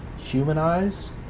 humanize